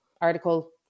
article